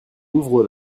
ouvre